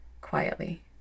Quietly